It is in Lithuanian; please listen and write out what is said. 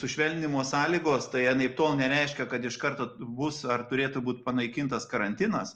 sušvelninimo sąlygos tai anaiptol nereiškia iš karto bus ar turėtų būt panaikintas karantinas